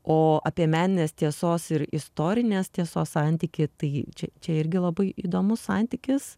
o apie meninės tiesos ir istorinės tiesos santykį tai čia čia irgi labai įdomus santykis